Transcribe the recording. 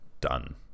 done